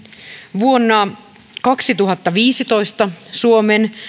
vuonna kaksituhattaviisitoista suomen